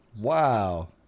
Wow